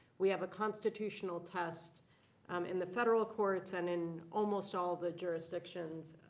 we have a constitutional test um in the federal courts and in almost all the jurisdictions,